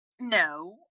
No